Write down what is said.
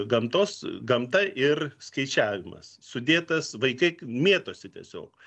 gamtos gamta ir skaičiavimas sudėtas vaikai mėtosi tiesiog